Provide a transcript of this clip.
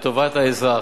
לטובת האזרח,